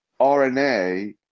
RNA